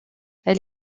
elle